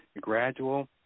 gradual